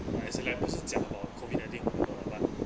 uh as in like 不是讲 confidently hor but